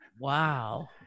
Wow